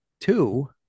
Two